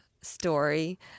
story